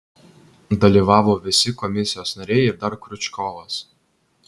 dalyvavo visi komisijos nariai ir dar kriučkovas